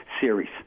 series